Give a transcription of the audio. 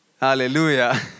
Hallelujah